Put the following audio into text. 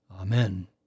Amen